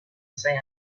sand